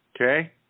Okay